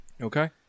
Okay